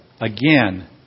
again